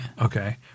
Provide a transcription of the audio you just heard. Okay